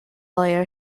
lawyer